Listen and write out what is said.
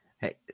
Hey